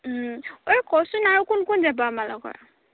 অ কচোন আৰু কোন কোন যাব আমাৰ লগৰ